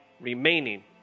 remaining